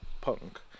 punk